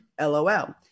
LOL